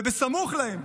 ובסמוך להם,